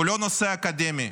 הוא לא נושא אקדמי.